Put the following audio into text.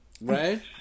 Right